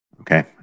Okay